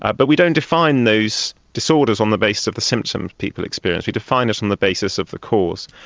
ah but we don't define those disorders on the basis of the symptoms people experience, we define it on the basis of the cause.